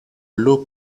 low